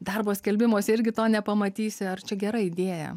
darbo skelbimuose irgi to nepamatysi ar čia gera idėja